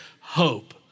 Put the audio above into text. hope